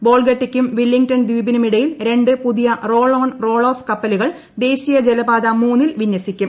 ബോൾഗട്ടിക്കും Willingdon ദ്വീപിനുമിടയിൽ രണ്ട് പുതിയ റോൾ ഓൺ റോൾ ഓഫ് കപ്പലുകൾ ദേശീയ ജലപാത ദ ൽ വിന്യസിക്കും